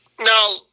Now